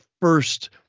first